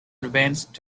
advanced